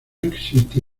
existe